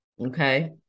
okay